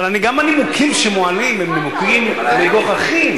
אבל גם הנימוקים שמועלים הם נימוקים מגוחכים.